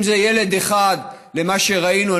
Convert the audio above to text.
אם ילד אחד לפי מה שראינו,